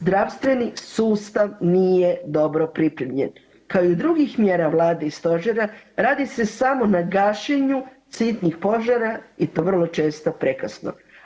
Zdravstveni sustav nije dobro pripremljen kao i drugih mjera Vlade i Stožera radi se samo na gašenju sitnih požara i to vrlo često prekasno.